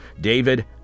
David